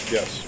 Yes